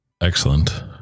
Excellent